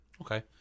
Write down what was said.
Okay